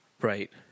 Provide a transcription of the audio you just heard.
Right